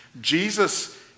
Jesus